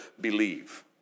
believe